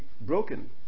broken